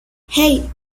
hey